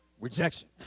rejection